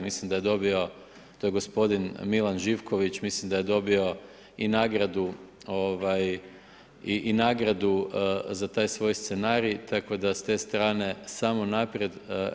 Mislim da je dobio, to je gospodin Milan Živković mislim da je dobio i nagradu i nagradu za taj svoj scenarij, tako da s te strane samo naprijed,